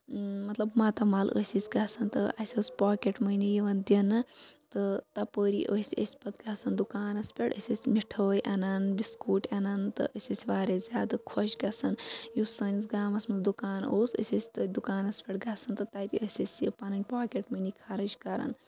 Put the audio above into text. مطلب ماتامال ٲسۍ أسۍ گَژھان تہٕ اَسہِ ٲسۍ پاکٮ۪ٹ مٔنی یِوان دِنہٕ تہٕ تَپٲری أسۍ ٲسۍ پَتہٕ گَژھان دُکانَس پٮ۪ٹھ أسۍ ٲسۍ مِٹھٲے اَنان بِسکوٹی اَنان تہٕ أسۍ ٲسۍ واریاہ زیادٕ خۄش گَژھان یُس سٲنِس گامَس مَنٛز دُکان اوس أسۍ ٲسۍ تٔتھۍ دُکانَس پٮ۪ٹھ گَژھان تہِ تَتہِ ٲسۍ أسۍ یہِ پاکٮ۪ٹ مٔنی خرچ کَران